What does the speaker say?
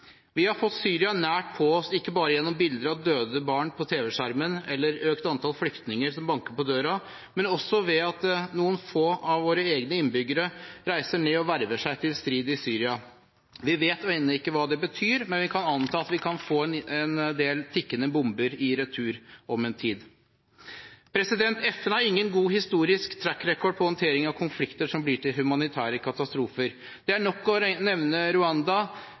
Vi har fått Syria nært på oss ikke bare gjennom bilder av døde barn på tv-skjermen eller økt antall flyktninger som banker på døren, men også ved at noen få av våre egne innbyggere reiser ned og verver seg til strid i Syria. Vi vet ennå ikke hva det betyr, men vi kan anta at vi kan få en del tikkende bomber i retur om en tid. FN har ingen god historisk «track record» når det gjelder håndteringen av konflikter som blir til humanitære katastrofer. Det er nok å nevne